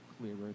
clearer